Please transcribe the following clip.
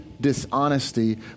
dishonesty